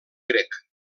grec